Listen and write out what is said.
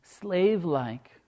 slave-like